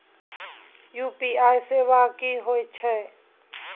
UPI सेवा की होयत छै?